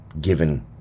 given